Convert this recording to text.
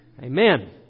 Amen